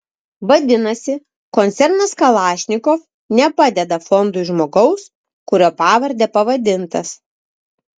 vadinasi koncernas kalašnikov nepadeda fondui žmogaus kurio pavarde pavadintas